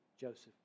Joseph